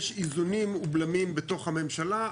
יש איזונים ובלמים בתוך הממשלה.